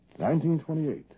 1928